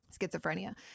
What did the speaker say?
schizophrenia